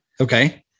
Okay